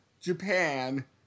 Japan